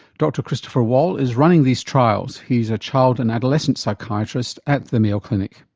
dr christopher wall is running these trials. he's a child and adolescent psychiatrist at the mayo clinic.